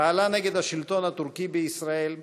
פעלה נגד השלטון הטורקי בישראל,